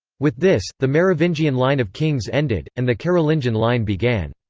with this, the merovingian line of kings ended, and the carolingian line began.